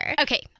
Okay